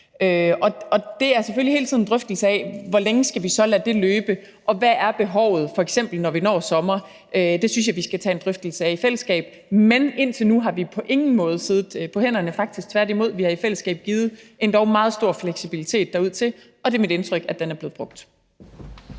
Og der er selvfølgelig hele tiden en drøftelse af, hvor længe vi så skal lade det løbe, og hvad behovet f.eks. er, når vi når sommeren. Det synes jeg vi skal tage en drøftelse af i fællesskab. Men indtil nu har vi på ingen måde siddet på hænderne, faktisk tværtimod – vi har i fællesskab givet endog meget stor fleksibilitet ud til dem, og det er mit indtryk, at den er blevet brugt.